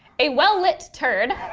a well-lit turd,